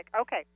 Okay